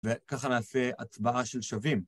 וככה נעשה הצבעה של שווים.